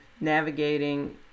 navigating